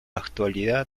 actualidad